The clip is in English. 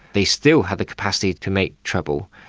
they still had the capacity to make trouble.